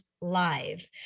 live